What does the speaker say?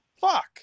Fuck